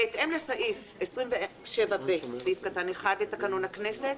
בהתאם לסעיף 27(ב)(1) לתקנון הכנסת